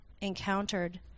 encountered